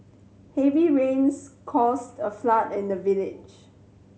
heavy rains caused a flood in the village